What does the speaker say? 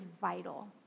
vital